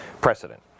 precedent